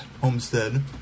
homestead